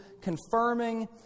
confirming